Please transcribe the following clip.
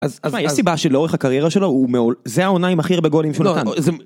אז אז. שמע, יש סיבה שלאורך הקריירה שלו הוא מעול... זה העונה עם הכי הרבה גולים שלנו כאן.